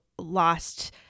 lost